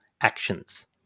actions